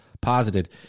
posited